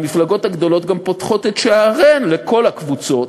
המפלגות הגדולות גם פותחות את שעריהן לכל הקבוצות,